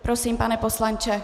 Prosím, pane poslanče.